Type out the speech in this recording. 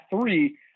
three